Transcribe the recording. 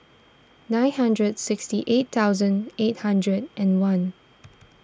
nine hundred sixty eight thousand eight hundred and one